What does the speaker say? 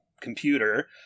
computer